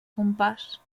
compàs